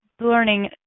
learning